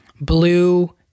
blue